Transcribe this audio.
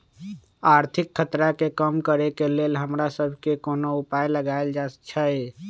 आर्थिक खतरा के कम करेके लेल हमरा सभके कोनो उपाय लगाएल जाइ छै